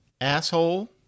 asshole